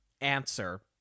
answer